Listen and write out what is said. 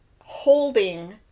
holding